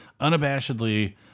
unabashedly